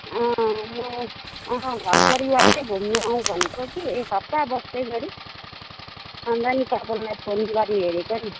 म घर परिवारै घुम्नु आउँ भनेको कि एक हप्ता बस्ने गरी अन्त नि तपाईँलाई फोन गरि हेरेको नि